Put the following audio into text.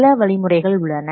சில வழிமுறைகள் உள்ளன